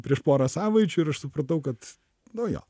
prieš porą savaičių ir aš supratau kad nu jo